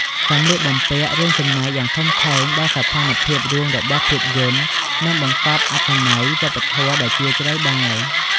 សម្លៀកបំពាក់រួមចំណែកយ៉ាងធំធេងដល់សោភ័ណភាពរួមរបស់ភាពយន្ត និងបង្កប់អត្ថន័យវប្បធម៌ដ៏ជ្រាលជ្រៅដែរ ។